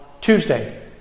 Tuesday